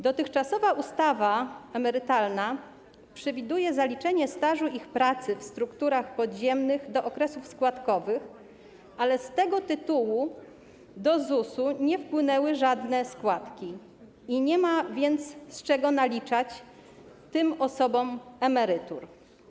Dotychczasowa ustawa emerytalna przewiduje zaliczenie stażu ich pracy w strukturach podziemnych do okresów składkowych, ale z tego tytułu do ZUS-u nie wpłynęły żadne składki, nie ma więc z czego naliczać tym osobom emerytur.